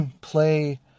play